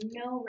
no